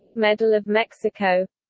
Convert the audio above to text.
medal of mexico